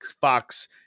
Fox